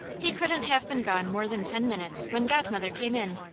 he couldn't have been gone more than ten minutes when godmother came in.